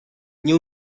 nie